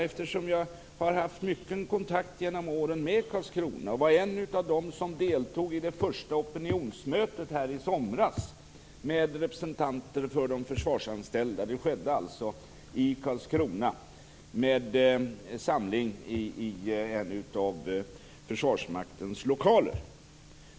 Jag har genom åren haft mycken kontakt med Karlskrona och var en av dem som deltog i det första opinionsmötet i somras med representanter för de försvarsanställda - det skedde i Karlskrona med samling i en av Försvarsmaktens lokaler.